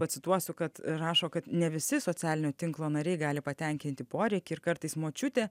pacituosiu kad rašo kad ne visi socialinio tinklo nariai gali patenkinti poreikį ir kartais močiutė